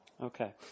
Okay